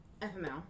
FML